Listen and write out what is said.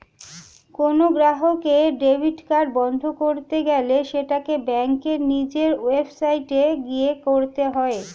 কোনো গ্রাহকের debit card বন্ধ করতে গেলে সেটাকে ব্যাঙ্কের নিজের ওয়েবসাইটে গিয়ে করতে হয়ে